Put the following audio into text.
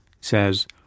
says